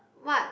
what